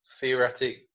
theoretic